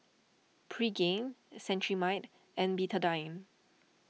Pregain Cetrimide and Betadine